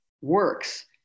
works